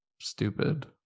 stupid